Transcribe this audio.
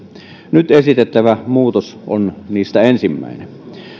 nyt esitettävä muutos on niistä ensimmäinen